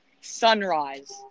sunrise